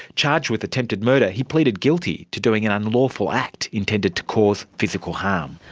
charged with attempted murder, he pleaded guilty to doing an unlawful act intended to cause physical harm.